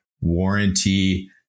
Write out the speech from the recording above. warranty